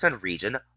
region